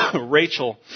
Rachel